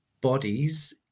bodies